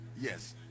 Yes